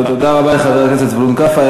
תודה רבה לחבר הכנסת זבולון קלפה.